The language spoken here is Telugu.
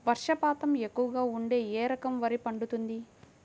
వర్షపాతం ఎక్కువగా ఉంటే ఏ రకం వరి పండుతుంది?